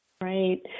Right